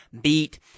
beat